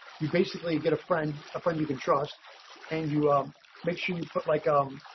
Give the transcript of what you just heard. you basically get a friend, a friend, you can trust and you um make sure you put like i'm